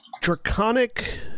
Draconic